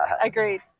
Agreed